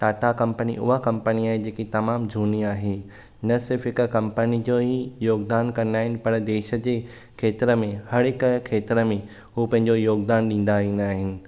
Tata company उहा company आई जेकी तमामु झूनी आहे न सिर्फ़ु हिकु कंपनी जो ई योगदान कंदा आहिनि पर देश जे खेत्र में हर हिकु खेत्र में उहो पंहिंजो योगदान ॾींदा ईंदा आहिनि